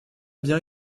bien